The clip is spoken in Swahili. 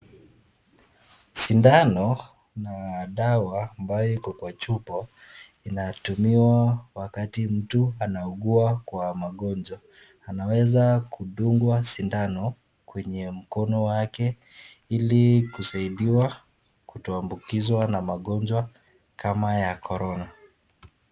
Sindano na dawa ambayo iko kwa chupa inatumiwa wakati mtu anaugua kwa magonjwa. Anaweza kudungwa sindano kwenye mkono wake ili kusaidiwa kutoambukizwa na magonjwa kama ya corona.